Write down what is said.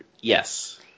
yes